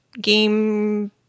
game